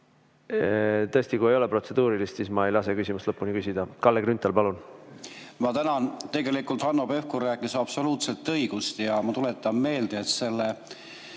Tõesti, kui ei ole protseduuriline, siis ma ei lase küsimust lõpuni küsida. Kalle Grünthal, palun! Tänan! Tegelikult Hanno Pevkur rääkis absoluutselt õigust ja ma tuletan meelde, et selle